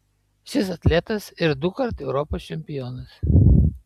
šis atletas ir dukart europos čempionas